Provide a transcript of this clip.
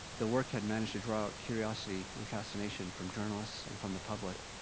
the work had managed to draw curiosity and fascination from journalists and from the public,